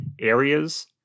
areas